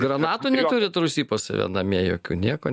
granatų neturit rūsy save namie jokių nieko